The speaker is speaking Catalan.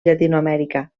llatinoamèrica